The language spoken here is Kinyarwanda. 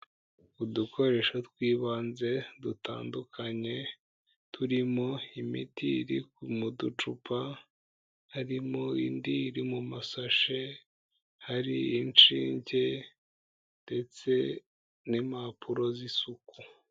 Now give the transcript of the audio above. Udukoresho tw'ibanze dutandukanye, turimo imiti iri mu ducupa, harimo indi iri mu masashe, hari inshinge ndetse n'impapuro z'isuku.